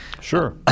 Sure